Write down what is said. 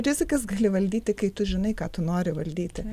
rizikas gali valdyti kai tu žinai ką tu nori valdyti